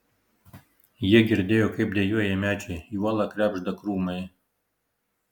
jie girdėjo kaip dejuoja medžiai į uolą krebžda krūmai